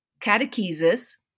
catechesis